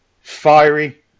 Fiery